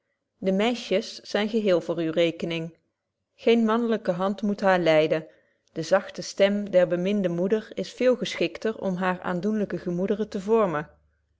de meisjes zyn geheel voor uwe rekening geene manlyke hand moet haar leiden de zachte stem der beminde moeder is veel geschikter om hare aandoenlyke gemoederen te vormen